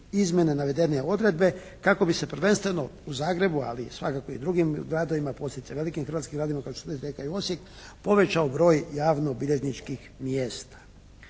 izmjene navedene odredbe kako bi se prvenstveno u Zagrebu, ali svakako i drugim gradovima posebice velikim hrvatskim gradovima kao što je Rijeka i Osijek povećao broj javnobilježničkih mjesta.